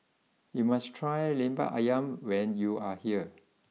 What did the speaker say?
you must try Lemper Ayam when you are here